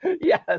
Yes